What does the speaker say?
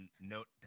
note